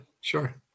sure